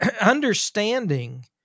Understanding